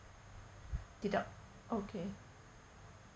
deduct okay